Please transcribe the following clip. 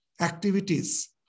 activities